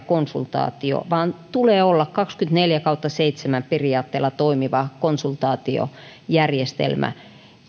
konsultaatio vaan tulee olla kaksikymmentäneljä kautta seitsemän periaatteella toimiva konsultaatiojärjestelmä